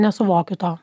nesuvokiu to